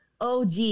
OG